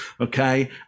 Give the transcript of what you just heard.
Okay